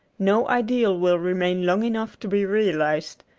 no ideal will remain long enough to be realized,